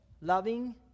loving